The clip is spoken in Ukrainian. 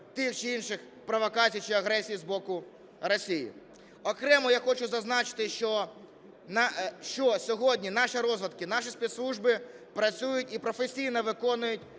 тих чи інших провокацій чи агресії з боку Росії. Окремо я хочу зазначити, що сьогодні наша розвідка, наші спецслужби працюють і професійно виконують